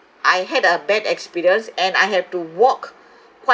I had a bad experience and I have to walk quite